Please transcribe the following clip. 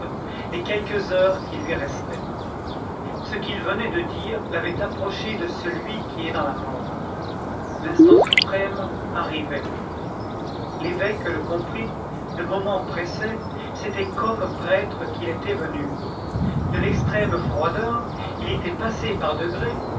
les quelques heures qui lui restaient ce qu'il venait de dire l'avait approché de celui qui est dans la mort l'instant suprême arrivait l'évêque le comprit le moment pressait c'était comme prêtre qu'il était venu de l'extrême froideur il était passé par degrés